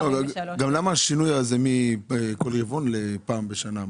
למה השינוי מכל רבעון לפעם בשנה?